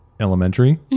elementary